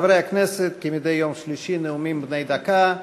חברי הכנסת, כמדי יום שלישי, נאומים בני דקה.